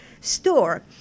store